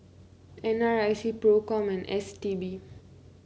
N R I C Procom and S T B